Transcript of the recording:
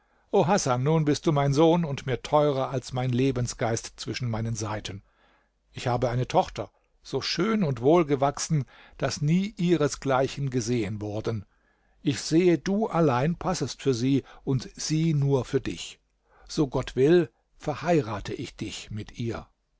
hasan nun bist du mein sohn und mir teurer als mein lebensgeist zwischen meinen seiten ich habe eine tochter so schön und wohlgewachsen daß nie ihresgleichen gesehen worden ich sehe du allein passest für sie und sie nur für dich so gott will verheirate ich dich mit ihr